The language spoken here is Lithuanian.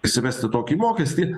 įsivesti tokį mokestį